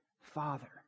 Father